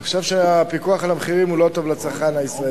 אני חושב שהפיקוח על המחירים הוא לא טוב לצרכן הישראלי.